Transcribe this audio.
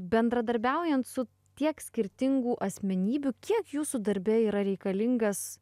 bendradarbiaujant su tiek skirtingų asmenybių kiek jūsų darbe yra reikalingas